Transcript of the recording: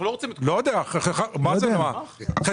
במקום